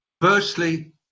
firstly